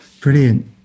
Brilliant